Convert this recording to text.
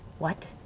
what?